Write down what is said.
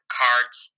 cards